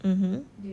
mmhmm